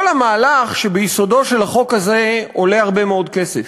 כל המהלך שביסודו של החוק הזה עולה הרבה מאוד כסף.